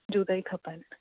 जूता ई खपनि